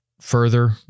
further